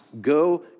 go